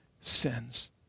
sins